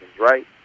right